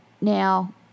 Now